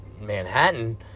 Manhattan